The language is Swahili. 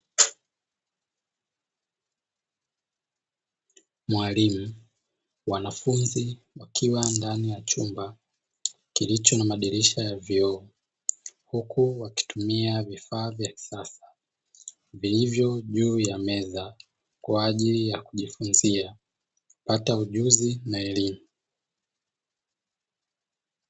Mwalimu, wanafunzi wakiwa ndani ya chumba kilicho na madirisha ya vioo huku wakitumia vifaa vya kisasa, vilivyo juu ya meza kwa ajili ya kujifunzia, kupata ujuzi na elimu.